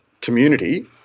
community